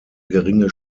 geringe